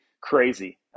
crazy